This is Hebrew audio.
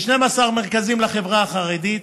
ו-12 מרכזים לחברה החרדית.